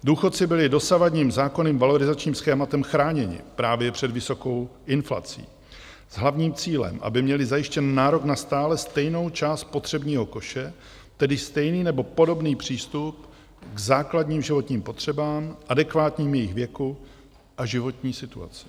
Důchodci byli dosavadním zákonným valorizačním schématem chráněni právě před vysokou inflací s hlavním cílem, aby měli zajištěn nárok na stále stejnou část spotřebního koše, tedy stejný nebo podobný přístup k základním životním potřebám adekvátním jejich věku a životní situaci.